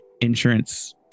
insurance